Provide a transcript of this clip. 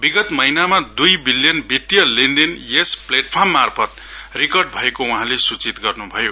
विगत महीनामा दुई विलियन वितिय लेनदेन यस प्लेटफार्म मार्फत रिकार्ड भएको वहाँले सूचित गर्नु भयो